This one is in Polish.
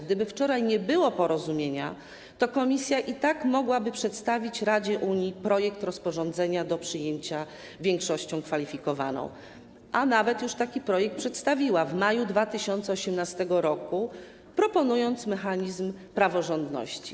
Gdyby wczoraj nie było porozumienia, to Komisja i tak mogłaby przedstawić Radzie Unii projekt rozporządzenia do przyjęcia większością kwalifikowaną, a nawet już taki projekt przedstawiła w maju 2018 r., proponując mechanizm praworządności.